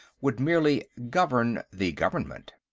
would merely govern the government.